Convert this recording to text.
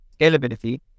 scalability